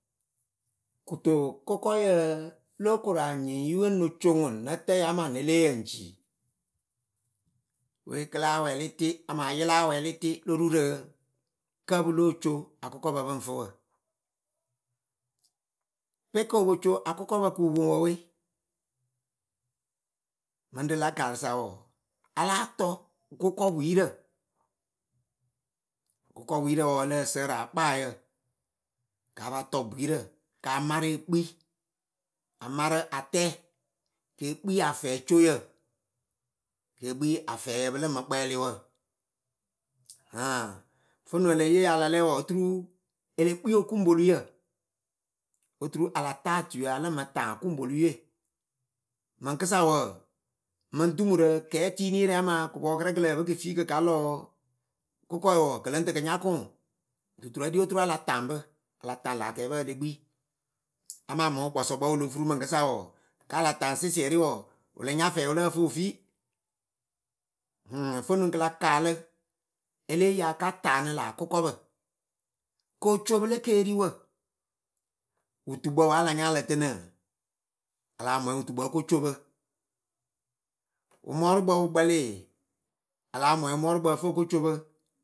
kuto kʊkɔyǝ lokoranyɩŋ yɨwe noco ŋwɨ nǝtǝyǝ amaa ne leeyǝ ŋ ci? we kɨ láa wɛlɩ tɩ amaa yɨ láa wɛlɩ tɩ lo ru rɨ kǝ pɨ lóo co akʊkɔpɨ pɨŋ fɨ wǝ. pe kopoco akʊkɔpǝ kɨ wɨ poŋ wǝ we, mɨŋ rɨ láa gaarɨ sa wɔɔ, a láa tɔ gʊkɔpwiirǝ gʊkɔpwiirǝ wɔɔ ǝ lǝ́ǝ sǝǝrɨ akpaayǝ kapa tɔ bwiirǝ ka marɨ ekpi, amarɨ atɛ keekpi afɛcoyǝ. keekpi afɛɛyǝ pɨ lɨŋ mɨ kpɛlɩ wǝ. haŋ vǝnɨŋ e le yeeyɨ a la lɛ wɔɔ oturu e le kpii okuŋpolǝyǝ. Oturu a la taa otuiyǝ a lɨŋ mɨ taŋ okuŋpolǝye. Mɨŋkɨsa wǝ mɨŋ dumurǝ kɛɛtiiniyɨrɛ amaa kɨpɔɔkɨrɛ kɨ lǝh pɨ kɨ fi kɨ ka lɔ kʊkɔɛ wɔɔ kɨ lɨŋ tɨ kɨ nya kʊŋ duturǝ ɖi oturu a la taŋ bɨ. A la taŋ la akɛɛpǝ e le kpi. Amaa mɨŋ wɨkpɔsɔkpǝ wɨ lo furu mɨŋkɨsa wɔɔ, kalataŋ sɩsɩɛrɩ wɔɔ, wɨ lɨŋ nya fɛɛ wɨ lǝ ǝ fɨ wɨ fi. ɨhɨŋ ǝfɨnuŋ kɨla kaalɨ. E lée yi aka taanɨ la akʊkɔpǝ kocopɨ le keeriwǝ. wɨtukpǝ wǝ a la nya ǝ lǝ tɨnɨ, a lah mwɛŋ wɨtukpǝ oko co pɨ. Wɨmɔɔrɨkpǝ wɨ kpɛlɩ, a lah mwɛŋ wɨmɔɔrɨkpǝ ǝ fɨ oko co pɨ.